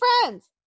friends